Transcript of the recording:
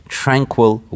tranquil